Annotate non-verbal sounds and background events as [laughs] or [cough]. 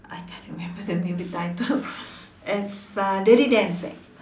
I can't remember the movie title [laughs] it's uh dirty dancing